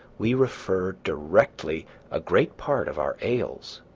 we refer directly a great part of our ails.